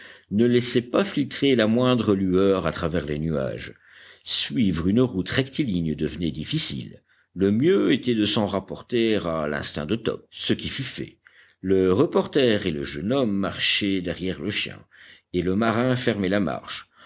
ne laissait pas filtrer la moindre lueur à travers les nuages suivre une route rectiligne devenait difficile le mieux était de s'en rapporter à l'instinct de top ce qui fut fait le reporter et le jeune garçon marchaient derrière le chien et le marin fermait la marche